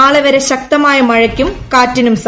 നാളെ വരെ ശക്തമായ മഴയ്ക്കും കാറ്റിനും സാധ്യത